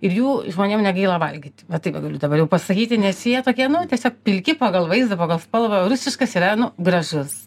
ir jų žmonėm negaila valgyt va taip galiu dabar jau pasakyti nes jie tokie nu tiesiog pilki pagal vaizdą pagal spalvą rusiškas yra nu gražus